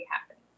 happening